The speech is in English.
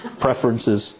preferences